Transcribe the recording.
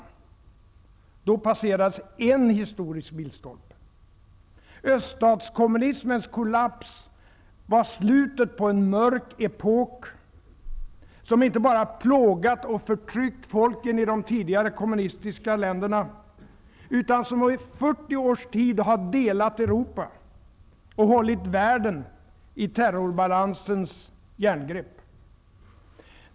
Vid det tillfället passerades en historisk milstolpe. Öststatskommunismens kollaps var slutet på en mörk epok, som inte bara plågat och förtryckt folken i de tidigare kommunistiska länderna utan som i 40 års tid har delat Europa och hållit världen i terrorbalansens järngrepp.